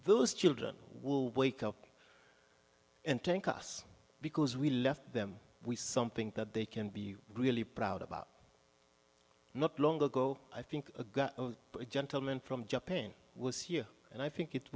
those children will wake up and take us because we left them we something that they can be really proud about not long ago i think a gentleman from japan was here and i think it